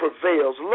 prevails